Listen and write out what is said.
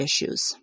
issues